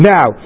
Now